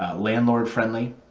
ah landlord friendly,